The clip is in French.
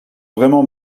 vraiment